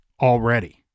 already